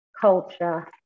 culture